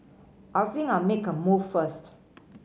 I think I'll make a move first